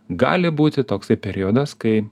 gali būti toksai periodas kai